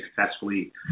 successfully